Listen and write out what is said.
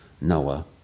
Noah